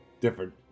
different